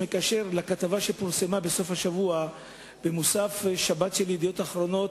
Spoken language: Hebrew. מקשר לכתבה שפורסמה בסוף השבוע במוסף שבת של "ידיעות אחרונות",